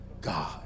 God